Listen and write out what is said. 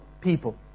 people